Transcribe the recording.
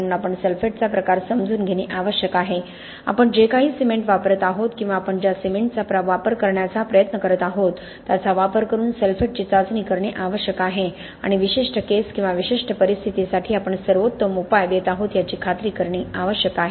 म्हणून आपण सल्फेटचा प्रकार समजून घेणे आवश्यक आहे आपण जे काही सिमेंट वापरत आहोत किंवा आपण ज्या सिमेंटचा वापर करण्याचा प्रयत्न करीत आहोत त्याचा वापर करून सल्फेटची चाचणी करणे आवश्यक आहे आणि विशिष्ट केस किंवा विशिष्ट परिस्थितीसाठी आपण सर्वोत्तम उपाय देत आहोत याची खात्री करणे आवश्यक आहे